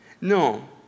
No